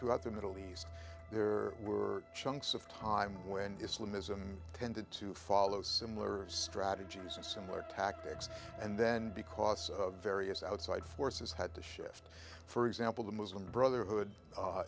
throughout the middle east there were chunks of time when islam is a man tended to follow similar strategies and similar tactics and then because of various outside forces had to shift for example the muslim brotherhood